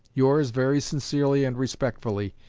yours, very sincerely and respectfully,